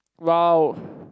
!wow!